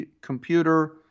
computer